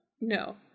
No